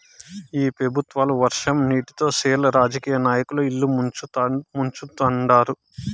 ఈ పెబుత్వాలు వర్షం నీటితో సెర్లు రాజకీయ నాయకుల ఇల్లు ముంచుతండారు